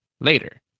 later